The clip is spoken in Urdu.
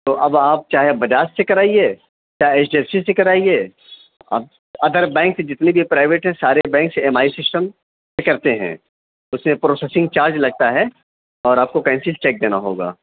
تو اب آپ چاہے بجاج سے کرائیے چاہے ایچ ڈی ایف سی سے کرائیے اب ادر بینک جتنے بھی پرائیویٹ ہیں سارے بینکس ایم آئی سسٹم کرتے ہیں اس میں پروسیسنگ چارج لگتا ہے اور آپ کو کینسل چیک دینا ہوگا